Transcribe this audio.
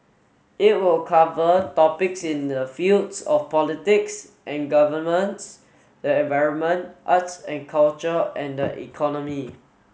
it will cover topics in the fields of politics and governance the environment arts and culture and the economy